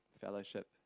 fellowship